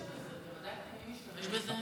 בדקתם מי משתמש בזה?